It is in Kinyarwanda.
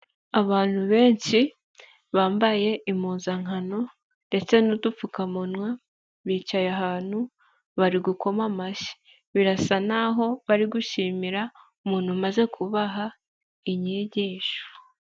Abantu benshi bambaye impuzankano ndetse n'udupfukamunwa, bicaye ahantu bari gukoma amashyi, birasa n'aho bari gushimira umuntu umaze kubaha inyigisho.